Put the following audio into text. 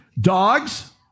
Dogs